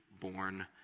born